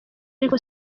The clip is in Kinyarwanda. ariko